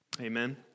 Amen